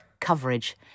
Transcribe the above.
coverage